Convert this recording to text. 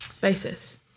basis